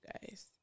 guys